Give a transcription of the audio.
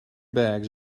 bags